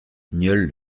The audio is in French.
nieul